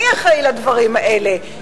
מי אחראי לדברים האלה?